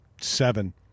seven